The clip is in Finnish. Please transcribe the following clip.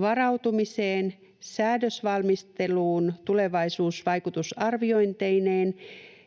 varautumiseen, säädösvalmisteluun tulevaisuusvaikutusarviointeineen